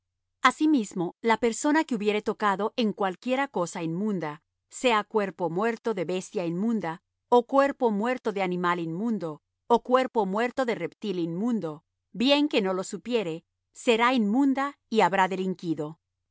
asimismo la persona que hubiere tocado en cualquiera cosa inmunda sea cuerpo muerto de bestia inmunda ó cuerpo muerto de animal inmundo ó cuerpo muerto de reptil inmundo bien que no lo supiere será inmunda y habrá delinquido